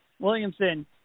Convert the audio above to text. Williamson